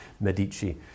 Medici